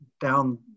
down